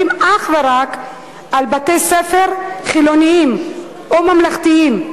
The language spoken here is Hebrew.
אך ורק על בתי-ספר חילוניים או ממלכתיים.